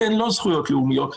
שהן לא זכויות לאומיות,